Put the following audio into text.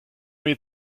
mir